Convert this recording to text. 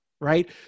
right